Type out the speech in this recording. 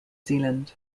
zealand